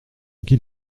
qu’il